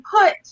put